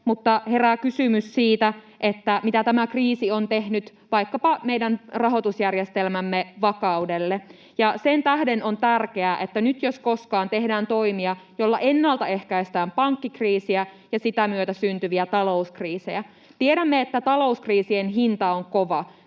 mutta herää kysymys siitä, mitä tämä kriisi on tehnyt vaikkapa meidän rahoitusjärjestelmämme vakaudelle. Sen tähden on tärkeää, että nyt jos koskaan tehdään toimia, joilla ennaltaehkäistään pankkikriisiä ja sitä myötä syntyviä talouskriisejä. Tiedämme, että talouskriisien hinta on kova.